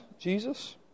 Jesus